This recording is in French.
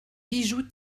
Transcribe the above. bijou